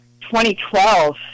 2012